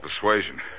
persuasion